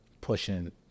pushing